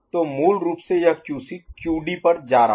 तो मूल रूप से यह क्यूसी क्यूडी पर जा रहा है